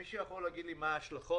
מישהו יכול לומר לי מה ההשלכות?